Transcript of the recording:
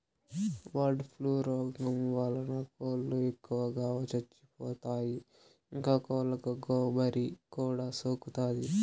bird flu రోగం వలన కోళ్ళు ఎక్కువగా చచ్చిపోతాయి, ఇంకా కోళ్ళకు గోమారి కూడా సోకుతాది